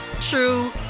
true